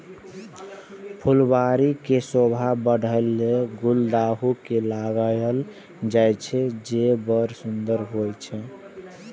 फुलबाड़ी के शोभा बढ़ाबै लेल गुलदाउदी के लगायल जाइ छै, जे बड़ सुंदर होइ छै